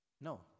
No